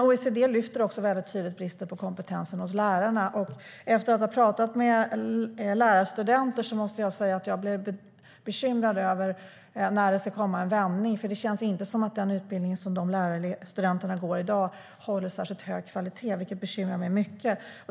OECD lyfter också tydligt fram bristen på kompetens hos lärarna. Efter att pratat med lärarstudenter måste jag säga att jag blev bekymrad över när det ska komma en vändning. Det känns inte som att den utbildning som lärarstudenterna går i dag håller särskilt hög kvalitet, vilket bekymrar mig mycket.